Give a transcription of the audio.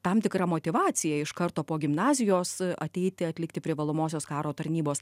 tam tikra motyvacija iš karto po gimnazijos ateiti atlikti privalomosios karo tarnybos